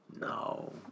No